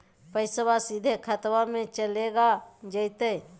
पैसाबा सीधे खतबा मे चलेगा जयते?